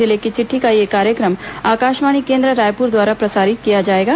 जिले की चिट्ठी का यह कार्यक्रम आकाशवाणी केंद्र रायपुर द्वारा प्रसारित किया जाएगा